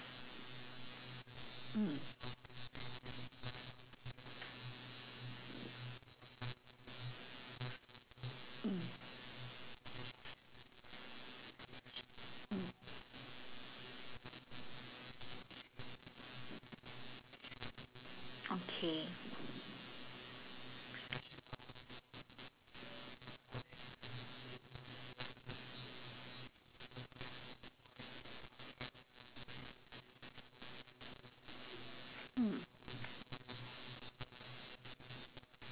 mm mm mm okay hmm